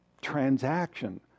transaction